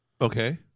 Okay